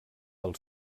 del